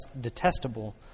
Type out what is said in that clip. detestable